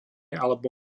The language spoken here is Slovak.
alebo